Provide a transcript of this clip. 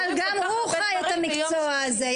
קורים כל כך הרבה דברים ביום שישי.